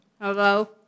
Hello